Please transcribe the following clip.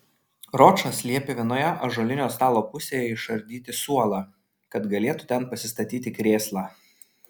ročas liepė vienoje ąžuolinio stalo pusėje išardyti suolą kad galėtų ten pasistatyti krėslą